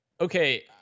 okay